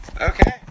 Okay